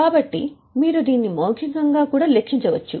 కాబట్టి మీరు దీన్ని మౌఖికంగా కూడా లెక్కించవచ్చు